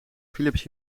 philips